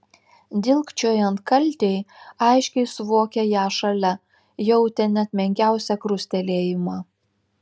dilgčiojant kaltei aiškiai suvokė ją šalia jautė net menkiausią krustelėjimą